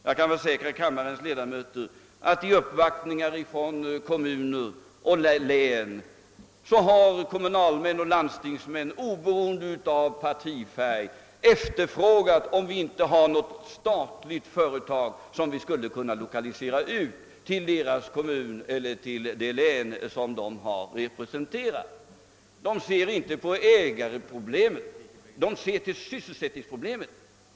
Jag kan försäkra kammarens ledamöter att vid uppvaktningar har kommunalmän och landstingsmän oberoende av partifärg efterfrågat, om vi inte hade något statligt företag, som vi skulle kunna lokalisera ut till deras kommun eller län. De ser inte på ägareproblemet, utan de ser bara till sysselsättningsproblemet.